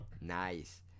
Nice